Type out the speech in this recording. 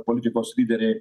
politikos lyderiai